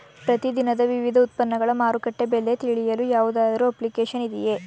ಪ್ರತಿ ದಿನದ ವಿವಿಧ ಉತ್ಪನ್ನಗಳ ಮಾರುಕಟ್ಟೆ ಬೆಲೆ ತಿಳಿಯಲು ಯಾವುದಾದರು ಅಪ್ಲಿಕೇಶನ್ ಇದೆಯೇ?